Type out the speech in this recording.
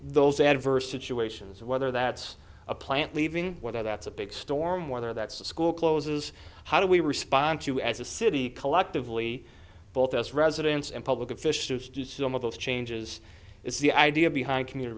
those adverse situations whether that's a plant leaving whether that's a big storm whether that's a school closes how do we respond to as a city collectively both us residents and public officials do some of those changes is the idea behind commu